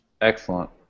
Excellent